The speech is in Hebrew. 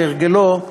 כהרגלו,